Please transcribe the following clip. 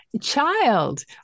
child